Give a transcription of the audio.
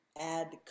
add